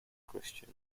christian